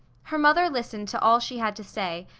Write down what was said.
her mother listened to all she had to say,